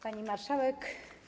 Pani Marszałek!